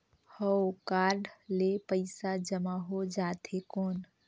हव कारड ले पइसा जमा हो जाथे कौन?